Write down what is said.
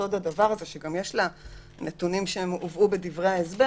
שיש לה נתונים שהובאו בדברי ההסבר